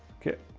okay?